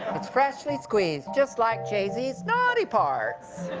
freshly squeezed just like jay-z's naughty parts.